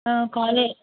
காலே